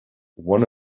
one